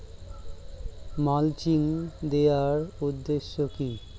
Mulching দেওয়ার উদ্দেশ্য কি?